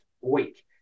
week